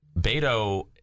Beto